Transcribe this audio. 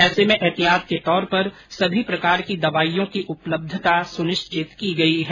ऐसे में ऐहतियात के तौर पर सभी प्रकार की दवाईयों की उपलब्धता सुनिश्चित की गई है